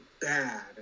bad